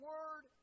Word